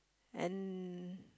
and